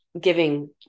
giving